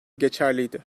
geçerliydi